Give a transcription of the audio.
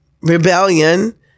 rebellion